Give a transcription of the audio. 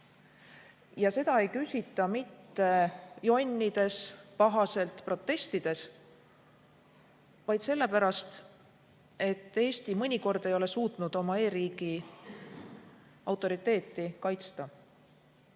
Ja seda ei küsita mitte jonnides ega pahaselt protestides, vaid sellepärast, et Eesti mõnikord ei ole suutnud oma e-riigi autoriteeti kaitsta.